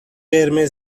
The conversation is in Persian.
قرمز